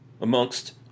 amongst